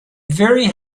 very